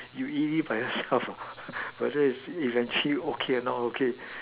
you easy by yourself brother you must see okay or not okay